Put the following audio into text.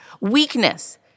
weakness